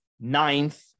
ninth